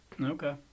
Okay